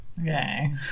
Okay